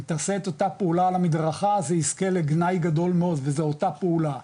אם תעשה את אותה פעולה על המדרכה זה יזכה לגנאי גדול וזה אותה פעולה,